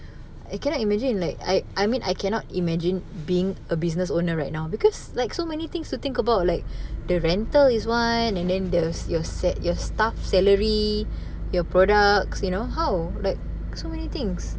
I cannot imagine like I I mean I cannot imagine being a business owner right now because like so many things to think about like the rental is one and then there's your set your staff salary your products you know how like so many things